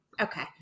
Okay